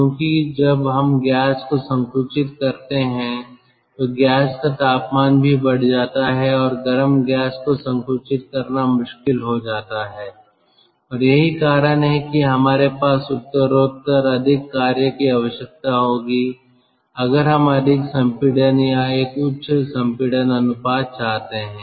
क्योंकि जब हम गैस को संकुचित करते हैं तो गैस का तापमान भी बढ़ जाता है और गर्म गैस को संकुचित करना मुश्किल हो जाता है और यही कारण है कि हमारे पास उत्तरोत्तर अधिक कार्य की आवश्यकता होगी अगर हम अधिक संपीड़न या एक उच्च संपीड़न अनुपात चाहते हैं